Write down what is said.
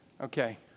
Okay